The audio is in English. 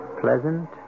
pleasant